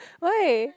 why